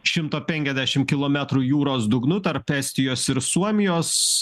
šimto penkiasdešim kilometrų jūros dugnu tarp estijos ir suomijos